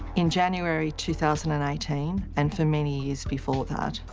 in january two thousand and eighteen and for many years before that,